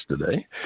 today